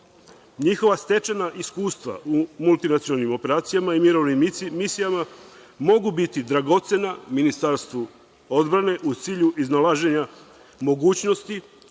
Njihova stečena iskustva u multinacionalnim operacijama i mirovnim misijama mogu biti dragoceno Ministarstvo odbrane u cilju iznalaženja mogućnosti